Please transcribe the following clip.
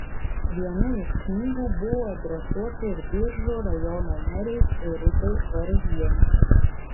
viena iš knygų buvo adresuota ir biržų rajono merei irutei varzienei